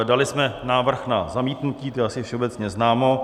Dali jsme návrh na zamítnutí, to je asi všeobecně známo.